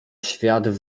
świat